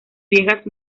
viejas